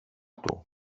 του